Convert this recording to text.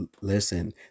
Listen